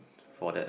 for that